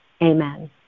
Amen